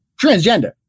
Transgender